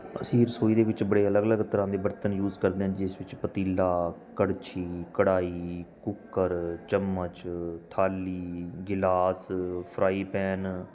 ਅਸੀਂ ਰਸੋਈ ਦੇ ਵਿੱਚ ਬੜੇ ਅਲੱਗ ਅਲੱਗ ਤਰ੍ਹਾਂ ਦੇ ਬਰਤਨ ਯੂਜ ਕਰਦੇ ਹਾਂ ਜਿਸ ਵਿੱਚ ਪਤੀਲਾ ਕੜਛੀ ਕੜਾਹੀ ਕੁੱਕਰ ਚਮਚ ਥਾਲੀ ਗਿਲਾਸ ਫਰਾਈ ਪੈਨ